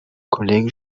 collègues